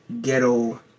ghetto